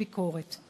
מביקורת כלשהי.